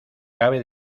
cabe